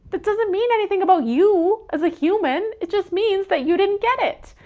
that doesn't mean anything about you as a human. it just means that you didn't get it.